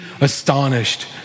astonished